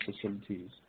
facilities